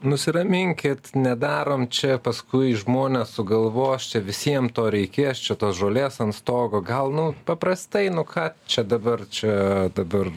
nusiraminkit nedarom čia paskui žmonės sugalvos čia visiems to reikės čia tos žolės ant stogo gal nu paprastai nu ką čia dabar čia dabar